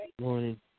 morning